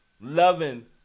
loving